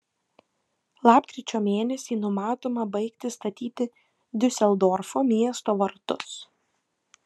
lapkričio mėnesį numatoma baigti statyti diuseldorfo miesto vartus